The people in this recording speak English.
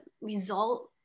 result